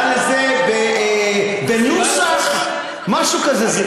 היה לזה, בנוסח, משהו כזה.